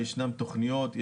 ישנן תכניות,